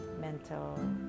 mental